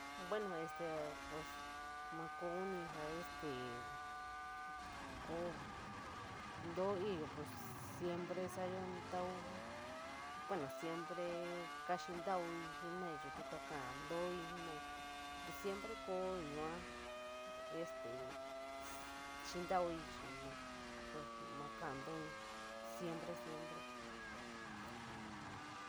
Bueno, este pos ma koo ni este te koo too iyo pues siempre sa´ayo in tau, bueno siempre kaxintau jenoa'ii chii tu koka´a toii jenoa'ii siempre koo yua este xintauii chi ma kantooi, siempre, siempre.